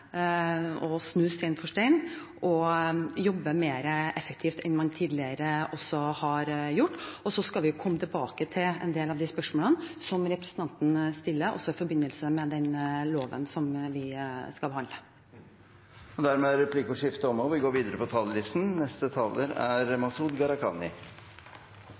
ansvarsområdet, snu hver stein og jobbe mer effektivt enn man tidligere har gjort. Så skal vi komme tilbake til en del av de spørsmålene som representanten stiller, også i forbindelse med den loven vi skal behandle. Replikkordskiftet er dermed omme. Jeg har flere ganger fra denne talerstolen sagt at det som beskriver Norge best, er